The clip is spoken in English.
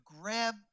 grab